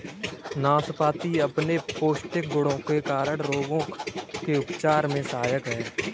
नाशपाती अपने पौष्टिक गुणों के कारण रोगों के उपचार में सहायक है